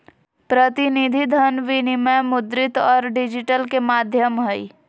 प्रतिनिधि धन विनिमय मुद्रित और डिजिटल के माध्यम हइ